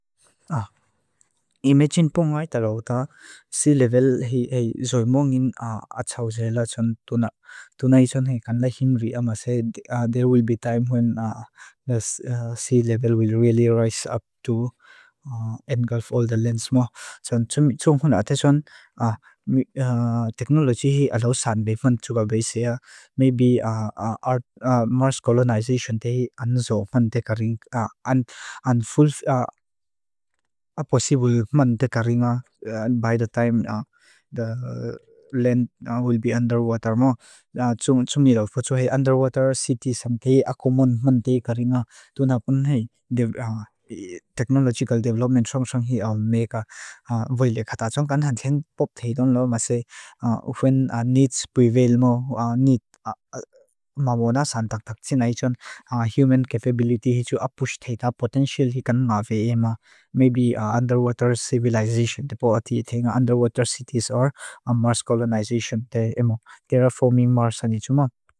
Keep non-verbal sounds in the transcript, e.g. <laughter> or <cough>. <hesitation> I mechin punga aita rauta, sea level hi zoimongin atsauze la tsun tunai tsun hei kanla hinri ama se, there will be time when <hesitation> the sea level will really rise up to <hesitation> engulf all the lands mo. Tsun tsun huna ata tsun, <hesitation> teknoloji hi alaosan bevan tsuga beisea, maybe <hesitation> Mars colonization tehi anzo man te karinga, and full, <hesitation> a possible man te karinga by the time the <hesitation> land will be underwater mo. Tsun tsun ni lau phutsu hei, underwater cities ham kei ako man te karinga, tunapun hei, <hesitation> technological development tsong-tsong hi meka boile khata tsong kanla, When needs prevail mo, <unintelligible> human capability hi tsu apush thei ta potential hi kanla vei ema, maybe underwater civilization, underwater cities or Mars colonization te emo, terraforming Mars ni tsuma.